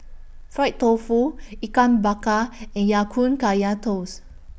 Fried Tofu Ikan Bakar and Ya Kun Kaya Toast